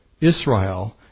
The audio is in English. Israel